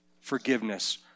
forgiveness